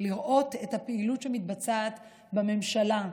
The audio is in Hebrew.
לראות את הפעילות שמתבצעת בממשלה,